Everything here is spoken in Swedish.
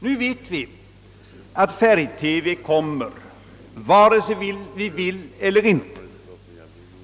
Nu vet vi att färg TV kommer vare sig vi vill eller inte.